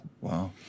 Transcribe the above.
Wow